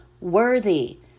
worthy